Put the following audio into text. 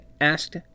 asked